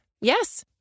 Yes